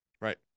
Right